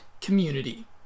community